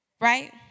Right